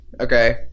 Okay